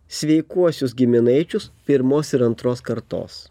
sveikuosius giminaičius pirmos ir antros kartos